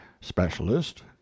specialist